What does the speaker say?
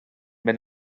mynd